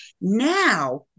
Now